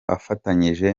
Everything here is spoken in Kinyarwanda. afatanyije